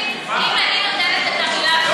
אם אני נותנת לך את המילה שלי,